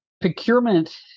Procurement